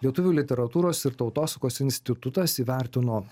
lietuvių literatūros ir tautosakos institutas įvertino